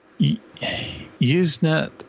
Usenet